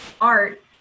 art